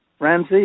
Ramsey